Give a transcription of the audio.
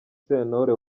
sentore